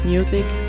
Music